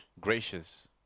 gracious